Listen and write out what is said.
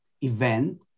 event